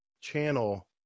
channel